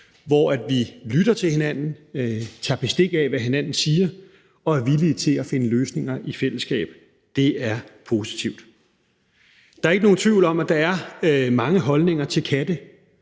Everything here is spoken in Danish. hvor vi lytter til hinanden, tager bestik af, hvad hinanden siger, og er villige til at finde løsninger i fællesskab. Det er positivt. Der er ikke nogen tvivl om, at der er mange holdninger til katte;